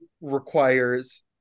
requires